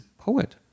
poet